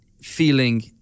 feeling